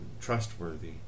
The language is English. trustworthy